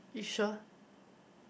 you sure